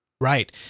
Right